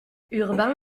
urbain